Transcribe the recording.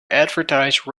advertise